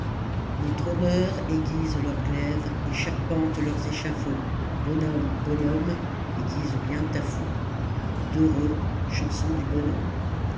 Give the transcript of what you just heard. les trôneurs aiguisent leur glaive et charpentent leurs échafauds bonhomme bonhomme aiguise bien ta faux dereu chanson du